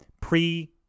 pre